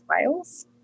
Wales